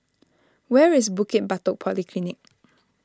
where is Bukit Batok Polyclinic